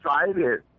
excited